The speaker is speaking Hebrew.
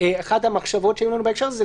אחת המחשבות שהיו לנו בהקשר הזה הייתה